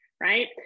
right